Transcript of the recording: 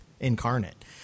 incarnate